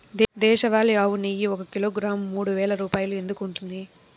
దేశవాళీ ఆవు నెయ్యి ఒక కిలోగ్రాము మూడు వేలు రూపాయలు ఎందుకు ఉంటుంది?